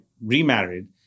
remarried